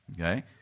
Okay